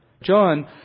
John